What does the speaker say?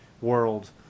world